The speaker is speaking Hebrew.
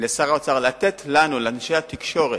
לשר האוצר לתת לנו, לאנשי התקשורת,